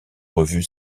revu